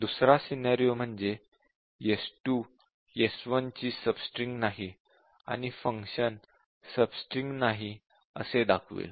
दुसरा सिनॅरिओ म्हणजे s2 s1 ची सबस्ट्रिंग नाही आणि फंक्शन "सबस्ट्रिंग नाही" असे दाखवेल